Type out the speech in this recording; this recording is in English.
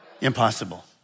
Impossible